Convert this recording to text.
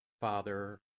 Father